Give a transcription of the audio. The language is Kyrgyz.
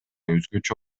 өзгөчө